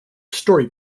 story